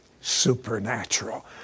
supernatural